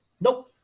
Nope